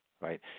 right